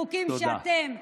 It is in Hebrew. חוקים שאתם,